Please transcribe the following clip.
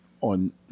On